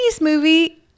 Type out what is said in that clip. movie